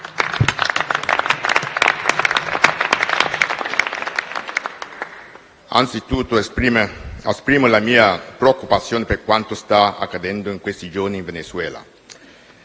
anzitutto esprimo la mia preoccupazione per quanto sta accadendo in questi giorni in Venezuela.